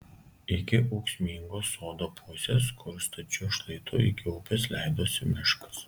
iki ūksmingos sodo pusės kur stačiu šlaitu iki upės leidosi miškas